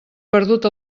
perdut